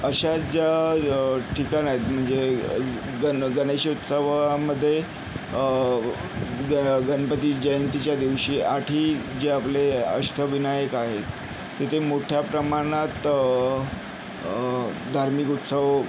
अशा ज्या ठिकाणं आहेत म्हणजे ग गणेश उत्सवामध्ये ग गणपती जयंतीच्या दिवशी आठही जे आपले अष्टविनायक आहेत तिथे मोठ्या प्रमाणात धार्मिक उत्सव